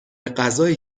غذایی